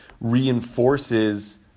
Reinforces